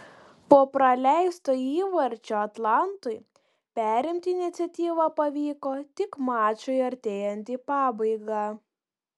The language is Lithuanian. po praleisto įvarčio atlantui perimti iniciatyvą pavyko tik mačui artėjant į pabaigą